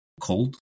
cold